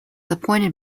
appointed